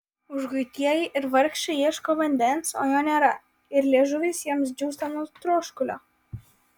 užguitieji ir vargšai ieško vandens o jo nėra ir liežuvis jiems džiūsta nuo troškulio